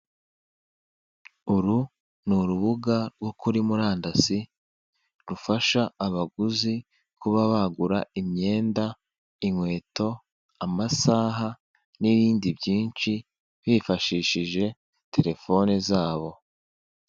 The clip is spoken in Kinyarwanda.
Uru ni urubuga rwo kuri murandasi, rufasha abaguzi kuba bagura imyenda, inkweto, amasaha, n'ibindi byinshi, bifashishije telefone zabo.